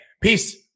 Peace